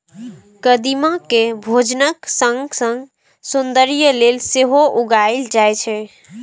कदीमा कें भोजनक संग संग सौंदर्य लेल सेहो उगायल जाए छै